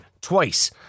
twice